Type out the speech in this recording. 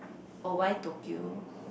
oh why Tokyo